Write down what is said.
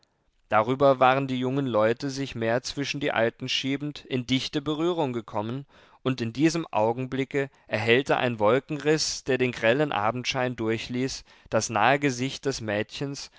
darüber waren die jungen leute sich mehr zwischen die alten schiebend in dichte berührung gekommen und in diesem augenblicke erhellte ein wolkenriß der den grellen abendschein durchließ das nahe gesicht des mädchens